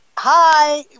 hi